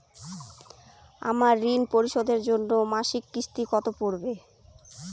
আমার ঋণ পরিশোধের জন্য মাসিক কিস্তি কত পড়বে?